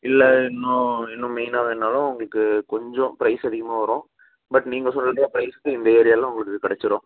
இல்லை இன்னும் இன்னும் மெயினாக வேணுனாலும் உங்களுக்குக் கொஞ்சம் ப்ரைஸ் அதிகமாக வரும் பட் நீங்கள் சொல்ற ப்ரைஸுக்கு இந்த ஏரியாலாம் உங்களுக்கு கிடச்சிரும்